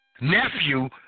nephew